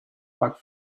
back